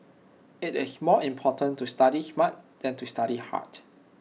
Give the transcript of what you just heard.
IT is more important to study smart than to study hard